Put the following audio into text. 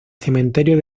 cementerio